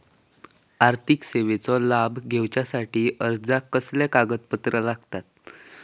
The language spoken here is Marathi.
आर्थिक सेवेचो लाभ घेवच्यासाठी अर्जाक कसले कागदपत्र लागतत?